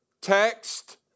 Text